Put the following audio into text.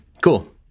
cool